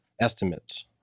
estimates